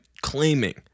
claiming